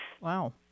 Wow